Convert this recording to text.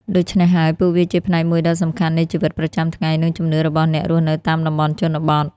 ដូច្នេះហើយ ពួកវាជាផ្នែកមួយដ៏សំខាន់នៃជីវិតប្រចាំថ្ងៃ និងជំនឿរបស់អ្នករស់នៅតាមតំបន់ជនបទ។